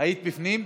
היית בפנים?